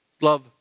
love